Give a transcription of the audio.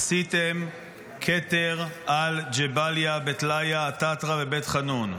עשיתם כתר על ג'באליה, בית לאהיא ובית חנון.